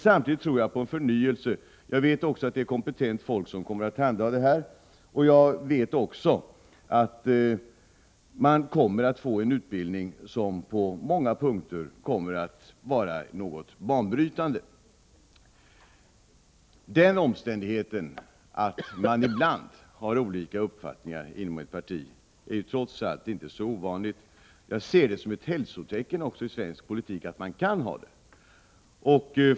Samtidigt tror jag på förnyelse. Jag vet att det är kompetent folk som kommer att handha denna utbildning, och jag vet också att utbildningen på många punkter blir något banbrytande. Den omständigheten att det ibland inom ett parti finns olika uppfattningar är trots allt inte så ovanligt, och jag ser det som ett hälsotecken i svensk politik.